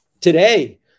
today